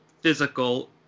physical